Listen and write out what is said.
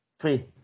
Three